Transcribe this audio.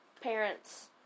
parents